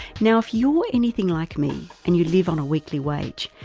now if you're anything like me and you live on a weekly wage,